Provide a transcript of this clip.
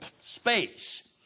space